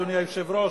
אדוני היושב-ראש,